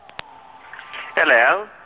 Hello